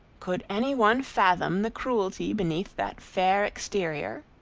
could any one fathom the cruelty beneath that fair exterior?